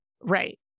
Right